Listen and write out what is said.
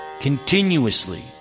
continuously